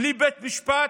בלי בית משפט,